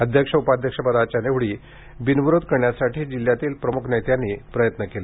अध्यक्ष उपाध्यक्षपदाच्या निवडी बिनविरोध करण्यासाठी जिल्ह्यातील प्रमुख नेत्यांनी प्रयत्न केले